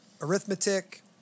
arithmetic